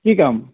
কি কাম